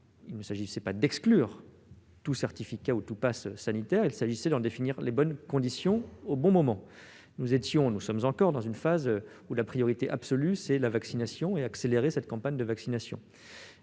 Il s'agissait non pas d'exclure tout certificat ou pass sanitaire, mais d'en définir les bonnes conditions, au bon moment. Nous étions alors et nous sommes encore dans une phase où la priorité absolue est la vaccination et l'accélération de la campagne de vaccination.